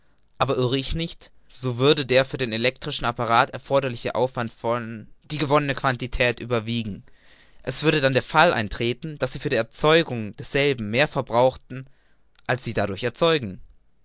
aber irre ich nicht so würde der für den elektrischen apparat erforderliche aufwand von die gewonnene quantität überwiegen es würde dann der fall eintreten daß sie für die erzeugung desselben mehr verbrauchten als sie dadurch erzeugen